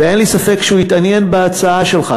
ואין לי ספק שהוא יתעניין בהצעה שלך,